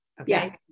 Okay